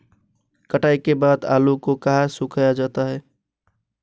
कटाई के बाद आलू को कहाँ सुखाया जाता है?